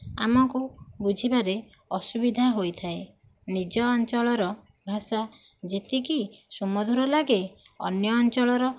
ଆମକୁ ବୁଝିବାରେ ଅସୁବିଧା ହୋଇଥାଏ ନିଜ ଅଞ୍ଚଳର ଭାଷା ଯେତିକି ସୁମଧୁର ଲାଗେ ଅନ୍ୟ ଅଞ୍ଚଳର